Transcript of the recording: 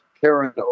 Karen